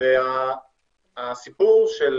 הסיפור של